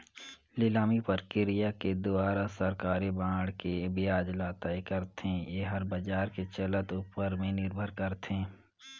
निलामी प्रकिया के दुवारा सरकारी बांड के बियाज ल तय करथे, येहर बाजार के चलत ऊपर में निरभर करथे